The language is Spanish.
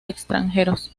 extranjeros